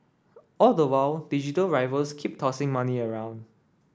all the while digital rivals keep tossing money around